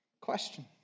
Question